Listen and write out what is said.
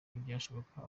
ntibyashoboka